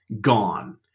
gone